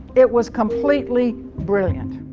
it was completely brilliant.